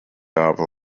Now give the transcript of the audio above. habe